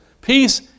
peace